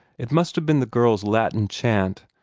it must have been the girl's latin chant,